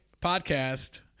podcast